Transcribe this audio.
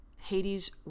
Hades